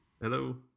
Hello